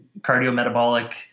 cardiometabolic